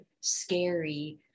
scary